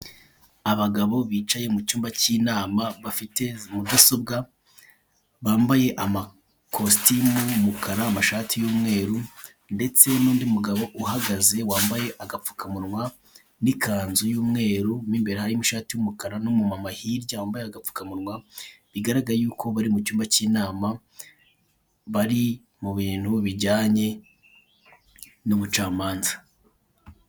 Abagabo bicaye mu cyumba cy'inama bafite mudasobwa, bambaye amakositimu y'umukara amashati y'umweru, ndetse n'undi mugabo uhagaze wambaye agapfukamunwa n'ikanzu y'umweru mo imbere harimo ishati y'umukara, n'umumama hirya yambaye agapfukamunwa bigaragara yuko bari mu cyumba cy'inama bari mu bintu bijyanye n'ubucamanza.